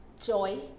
joy